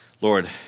Lord